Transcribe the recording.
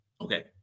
Okay